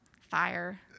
fire